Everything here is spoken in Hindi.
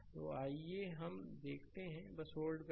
तो आइए हम देखते हैं बस होल्ड करें